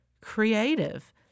creative